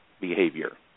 behavior